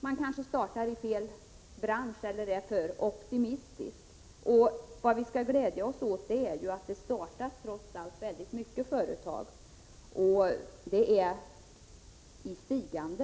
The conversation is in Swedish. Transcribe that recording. Man kanske startar i fel bransch eller är för optimistisk. Vad vi kan glädja oss åt är att det trots allt startas många företag och att antalet är i stigande.